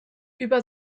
über